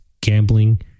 gambling